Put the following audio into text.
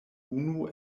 unu